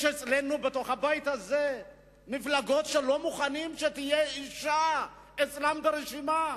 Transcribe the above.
יש אצלנו בתוך הבית הזה מפלגות שלא מוכנות שתהיה אשה אצלם ברשימה.